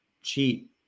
cheat